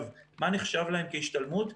מה נחשב להם כשהשתלמות?